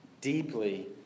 deeply